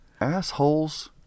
assholes